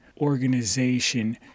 organization